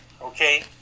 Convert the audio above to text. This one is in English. okay